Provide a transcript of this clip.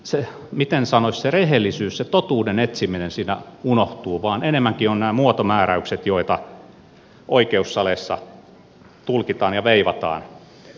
se miten sanoisi se rehellisyys se totuuden etsiminen siinä unohtuu ja enemmän ovat nämä muotomääräykset joita oikeussaleissa tulkitaan ja veivataan